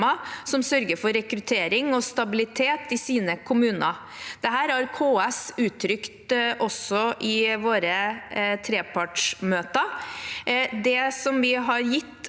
som sørger for rekruttering og stabilitet i sine kommuner. Dette har også KS uttrykt i våre trepartsmøter.